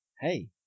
hey